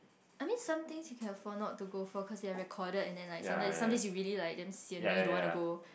I mean some things you can afford not to go for cause they are recorded and then like sometimes some days you really like damn sian then you don't want to go